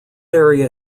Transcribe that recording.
area